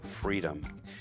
freedom